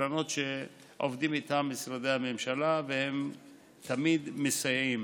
קרנות שעובדים איתן משרדי הממשלה והן תמיד מסייעות.